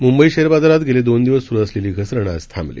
Mumbai share बाजारात गेले दोन दिवस सुरु असलेली घसरण आज थांबली